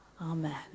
Amen